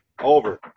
over